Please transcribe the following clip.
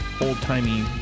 old-timey